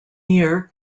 year